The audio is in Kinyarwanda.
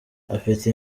afite